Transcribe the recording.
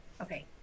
Okay